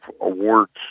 awards